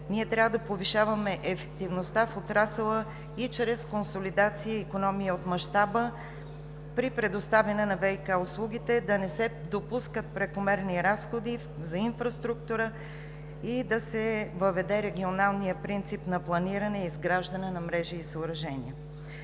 ние трябва да повишаваме ефективността в отрасъла и чрез консолидация и икономия от мащаба при предоставяне на ВиК услугите да не се допускат прекомерни разходи за инфраструктура и да се въведе регионалният принцип на планиране и изграждане на мрежи и съоръжения.